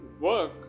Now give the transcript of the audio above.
work